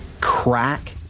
crack